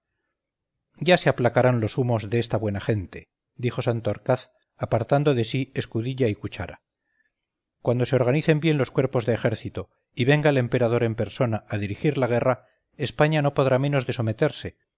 ya se aplacarán los humos de esta buena gente dijo santorcaz apartando de sí escudilla y cuchara cuando se organicen bien los cuerpos de ejército y venga el emperador en persona a dirigir la guerra españa no podrá menos de someterse